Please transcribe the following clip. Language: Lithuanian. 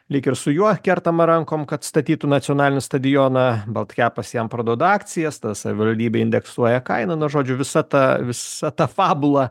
lyg ir su juo kertama rankom kad statytų nacionalinį stadioną baltkepas jam parduoda akcijas tas savivaldybėj indeksuoja kainą na žodžiu visa ta visa ta fabula